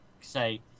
say